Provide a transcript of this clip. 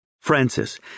Francis